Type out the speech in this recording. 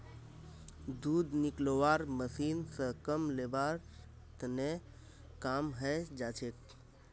दूध निकलौव्वार मशीन स कम लेबर ने काम हैं जाछेक